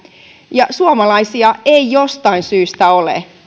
ja suomalaisia ei jostain syystä ole